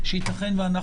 שייתכן